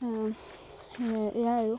এয়াই আৰু